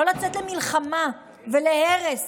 לא לצאת למלחמה ולהרס